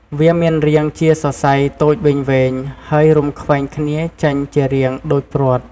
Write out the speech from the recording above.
វាមានរាងជាសរសៃតូចវែងៗ ហើយរុំខ្វែងគ្នាចេញជារាងដូចព្រ័ត្រ។